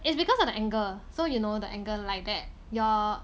it's because of the angle so you know the angle like that your